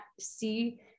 see